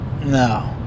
No